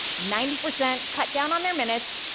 ninety percent cut down on their minutes.